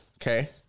Okay